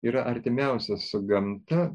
yra artimiausias su gamta